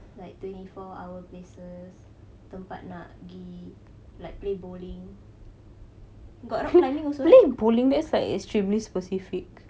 like twenty four hour places tempat nak pergi like play bowling got rock climbing also right